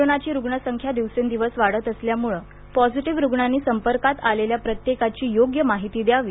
कोरोनाची रुग्ण संख्या दिवसेंदिवस वाढत असल्यामुळे पॉझिटिव्ह रुग्णांनी संपर्कात आलेल्या प्रत्येकाची योग्य माहिती द्यावी